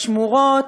בשמורות,